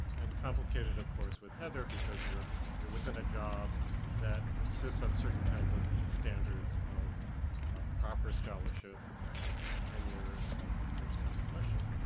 as complicated of course with heather, because you're you're within a job that insist on certain kinds of standards of proper scholarship and and tenure, and all those kinds of questions.